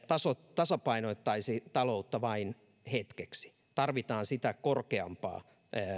tasapainottaisi taloutta vain hetkeksi tarvitaan sitä korkeampaa